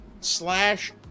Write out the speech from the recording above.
slash